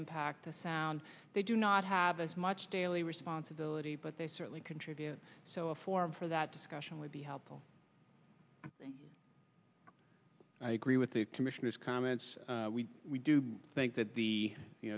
impact the sound they do not have as much daily responsibility but they certainly contribute so a forum for that discussion would be helpful i agree with the commissioners comments we think that the you